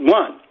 one